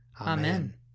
Amen